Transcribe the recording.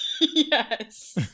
Yes